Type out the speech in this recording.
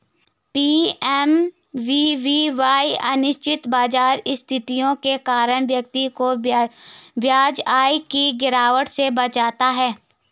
PMVVY अनिश्चित बाजार स्थितियों के कारण व्यक्ति को ब्याज आय की गिरावट से बचाता है